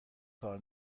کار